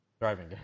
Driving